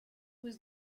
was